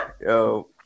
Yo